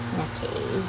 okay